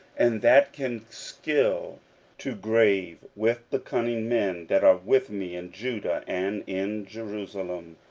and that can skill to grave with the cunning men that are with me in judah and in jerusalem,